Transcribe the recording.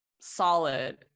solid